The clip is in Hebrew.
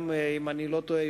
אם אני לא טועה,